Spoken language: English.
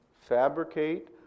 fabricate